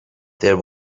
there